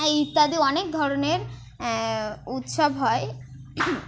ইত্যাদি অনেক ধরনের উৎসব হয়